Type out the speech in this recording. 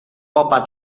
popa